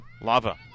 Lava